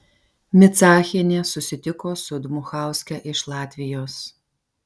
micachienė susitiko su dmuchauske iš latvijos